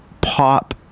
pop